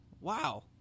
wow